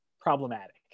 Problematic